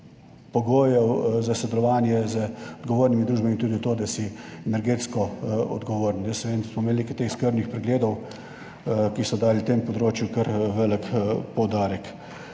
pogojev za sodelovanje z odgovornimi družbami tudi to, da si energetsko odgovoren. Jaz vem, da smo imeli nekaj teh skrbnih pregledov, ki so dali temu področju kar velik poudarek.